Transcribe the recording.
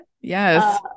Yes